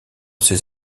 ses